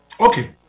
Okay